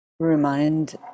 remind